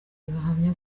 bahamya